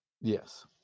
yes